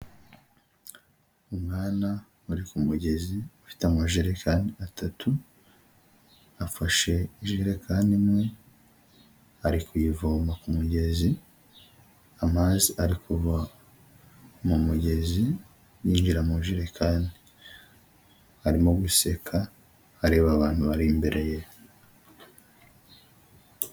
Umwana uri ku mugezi ufite amajerekani atatu, afashe ijerekani imwe ari kuyivoma ku mugezi, amazi ari kuva mu mugezi yinjira mu jerekani arimo guseka areba abantu bari imbere ye.